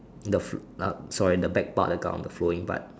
the f sorry the back part of the gown the flowing part